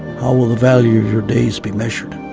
how will the value of your days be measured?